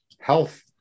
health